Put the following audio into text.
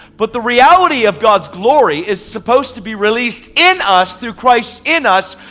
but the reality of god's glory is supposed to be released in us through christ in us,